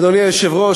אדוני היושב-ראש,